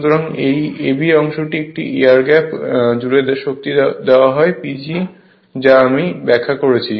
সুতরাং এই ab অংশটিকে এয়ার গ্যাপ জুড়ে এই শক্তি দেওয়া হয় PG যা আমি ব্যাখ্যা করেছি